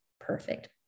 perfect